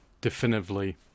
definitively